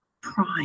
Prime